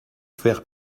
faire